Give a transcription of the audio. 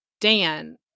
Dan